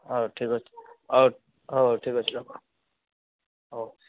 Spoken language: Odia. ହଁ ଠିକ୍ ଅଛି ହଉ ଠିକ୍ ଅଛି ରଖ ହଉ